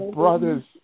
brothers